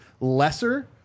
lesser